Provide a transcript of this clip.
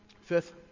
Fifth